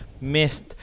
missed